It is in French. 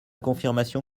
confirmation